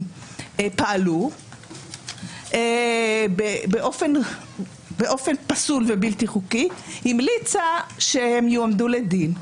פעלו באופן פסול ובלתי חוקי המליצה שהם יועמדו לדין.